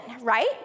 right